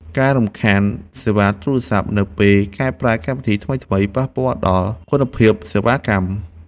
ការរំខានសេវាទូរសព្ទនៅពេលកែប្រែកម្មវិធីថ្មីៗ ប៉ះពាល់ដល់គុណភាពសេវាកម្ម។